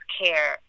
care